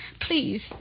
Please